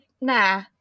nah